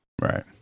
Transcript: right